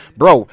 bro